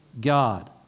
God